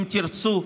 אם תרצו,